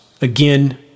Again